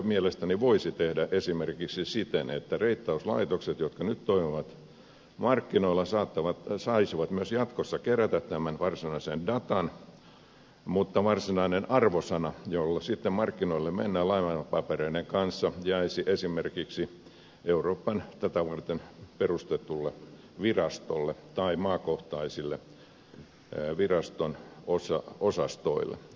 sen voisi tehdä mielestäni esimerkiksi siten että reittauslaitokset jotka nyt toimivat markkinoilla saisivat myös jatkossa kerätä tämän varsinaisen datan mutta varsinainen arvosana jolla sitten mennään markkinoille lainapapereiden kanssa jäisi esimerkiksi euroopan tätä varten perustetulle virastolle tai maakohtaisille viraston osastoille